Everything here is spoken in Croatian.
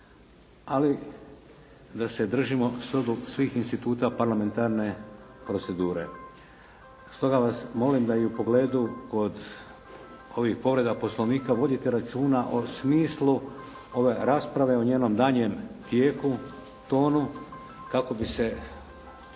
ali da se držimo svih instituta parlamentarne procedure. Stoga vas molim da i u pogledu kod ovih povreda Poslovnika vodite računa o smislu ove rasprave o njenom daljnjem tijeku, tonu, kako bi se